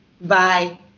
Bye